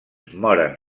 moren